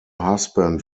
husband